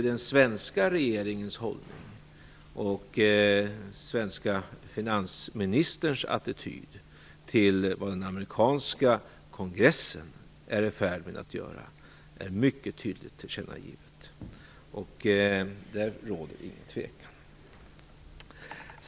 Den svenska regeringens hållning och den svenske finansministerns attityd till vad den amerikanska kongressen är i färd med att göra är alltså mycket tydligt tillkännagivna. Där råder det ingen tvekan.